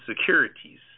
securities